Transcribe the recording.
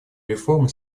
реформе